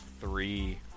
three